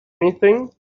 anything